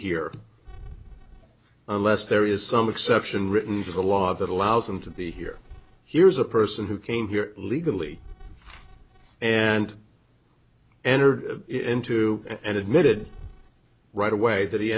here unless there is some exception written for the law that allows them to be here here's a person who came here illegally and enter into and admitted right away that he